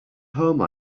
home